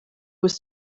was